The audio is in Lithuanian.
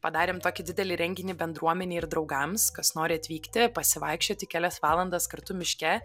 padarėm tokį didelį renginį bendruomenei ir draugams kas nori atvykti pasivaikščioti kelias valandas kartu miške